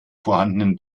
vorhandenen